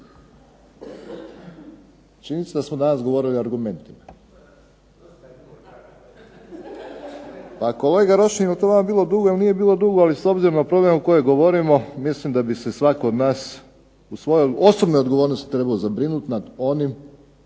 Činjenica je da smo danas govorili o argumentima. A kolega Rošin, jel to vama bilo dugo ili nije bilo dugo, ali s obzirom na problem o kojem govorimo mislim da bi se svatko od nas u svojoj osobnoj odgovornosti trebao zabrinut nad onim